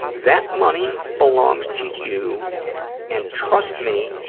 that money belongs to you and, trust me,